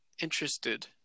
interested